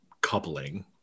coupling